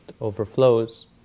overflows